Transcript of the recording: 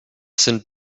sind